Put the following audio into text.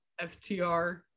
FTR